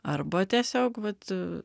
arba tiesiog vat